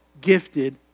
gifted